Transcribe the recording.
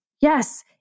yes